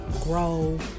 grow